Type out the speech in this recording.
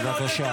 בבקשה.